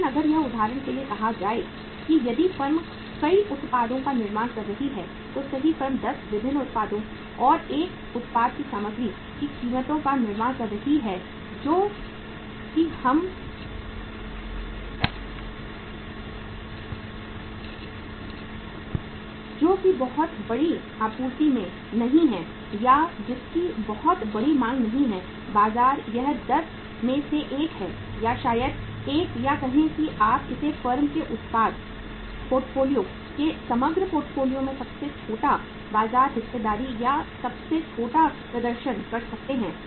लेकिन अगर यह उदाहरण के लिए कहा जाए कि यदि फर्म कई उत्पादों का निर्माण कर रही है तो सही फर्म 10 विभिन्न उत्पादों और एक उत्पाद की सामग्री की कीमतों का निर्माण कर रही है जो कि बहुत बड़ी आपूर्ति में नहीं है या जिसकी बहुत बड़ी मांग नहीं है बाजार यह 10 में से एक है या शायद एक या कहें कि आप इसे फर्म के उत्पाद पोर्टफोलियो के समग्र पोर्टफोलियो में सबसे छोटा बाजार हिस्सेदारी या सबसे छोटा प्रदर्शन कह सकते हैं